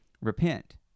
repent